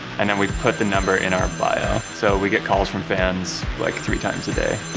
and then we put the number in our bio, so we get calls from fans, like, three times a day.